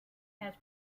has